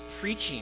preaching